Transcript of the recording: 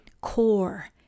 core